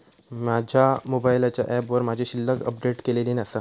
माझ्या मोबाईलच्या ऍपवर माझी शिल्लक अपडेट केलेली नसा